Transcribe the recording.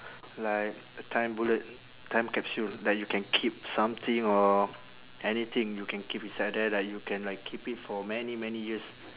like a time bullet time capsule like you can keep something or anything you can keep inside there like you can like keep it for many many years